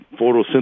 photosynthesis